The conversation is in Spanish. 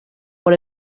por